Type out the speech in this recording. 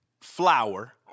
flour